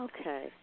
Okay